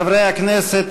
חברי הכנסת,